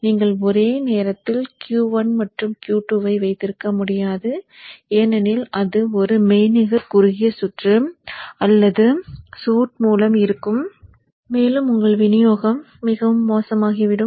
நீங்கள் ஒரே நேரத்தில் Q 1 மற்றும் Q 2 ஐ வைத்திருக்க முடியாது ஏனெனில் அது ஒரு மெய்நிகர் குறுகிய சுற்று அல்லது ஷூட் மூலம் இருக்கும் மேலும் உங்கள் விநியோகம் மோசமாகிவிடும்